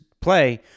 play